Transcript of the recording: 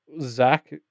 Zach